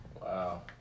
Wow